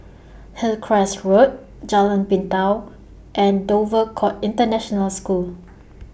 Hillcrest Road Jalan Pintau and Dover Court International School